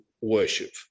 worship